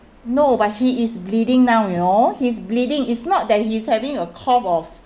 no but he is bleeding now you know he's bleeding it's not that he's having a cough or